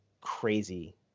crazy